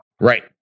Right